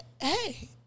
hey